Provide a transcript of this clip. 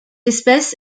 espèce